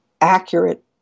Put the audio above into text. accurate